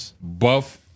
buff